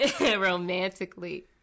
Romantically